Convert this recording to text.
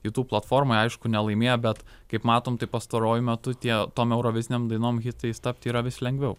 youtube platformoje aišku nelaimėjo bet kaip matom tai pastaruoju metu tie tom eurovizinėm dainom hitais tapti yra vis lengviau